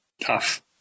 Tough